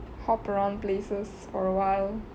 hop around places for awhile